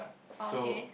orh okay